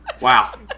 wow